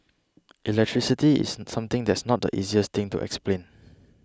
electricity is something that's not the easiest thing to explain